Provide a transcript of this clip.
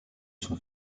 son